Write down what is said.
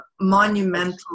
monumental